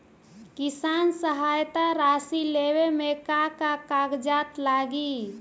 किसान सहायता राशि लेवे में का का कागजात लागी?